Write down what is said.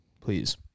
Please